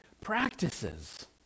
practices